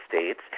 States